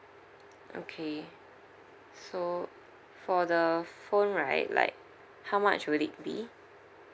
okay so for the phone right like how much will it be